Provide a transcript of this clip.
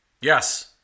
Yes